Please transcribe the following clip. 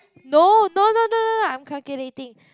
no no no no no no I'm calculating